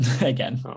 again